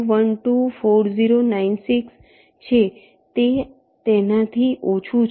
કારણ કે 212 4096 છે તે તેનાથી ઓછું છે